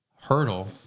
hurdle